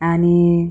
आणि